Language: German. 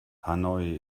hanoi